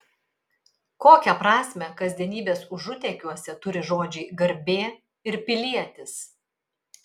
kokią prasmę kasdienybės užutėkiuose turi žodžiai garbė ir pilietis